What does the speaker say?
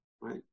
Right